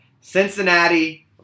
Cincinnati